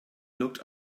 looked